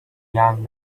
young